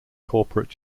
corporate